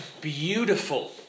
beautiful